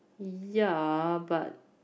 ya but